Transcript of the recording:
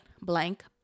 blank